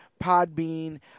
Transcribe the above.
Podbean